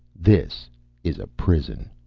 this is a prison.